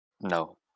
No